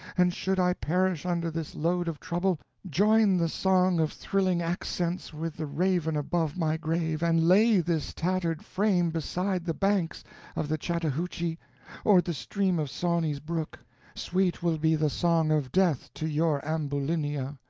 and should i perish under this load of trouble, join the song of thrilling accents with the raven above my grave, and lay this tattered frame beside the banks of the chattahoochee or the stream of sawney's brook sweet will be the song of death to your ambulinia.